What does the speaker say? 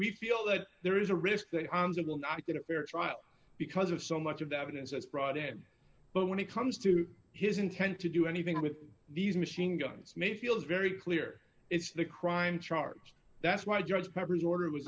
we feel that there is a risk that it will not going to fair trial because of so much of the evidence that's brought in but when it comes to his intent to do anything with these machine guns mayfield is very clear it's the crime charge that's why judge preppers order w